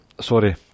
sorry